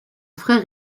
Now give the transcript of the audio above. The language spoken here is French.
frère